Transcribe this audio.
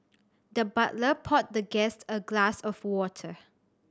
the butler poured the guest a glass of water